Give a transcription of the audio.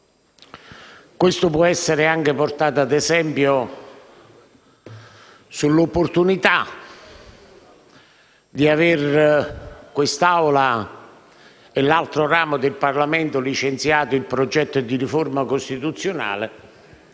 Questo può essere anche portato ad esempio dell'opportunità per quest'Assemblea e per l'altro ramo del Parlamento di aver licenziato il progetto di riforma costituzionale,